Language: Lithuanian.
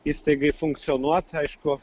įstaigai funkcionuot aišku